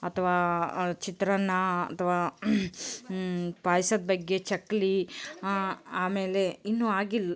ಅಥವಾ ಚಿತ್ರಾನ್ನ ಅಥವಾ ಪಾಯ್ಸದ ಬಗ್ಗೆ ಚಕ್ಕುಲಿ ಆಮೇಲೆ ಇನ್ನೂ ಆಗಿಲ್ಲ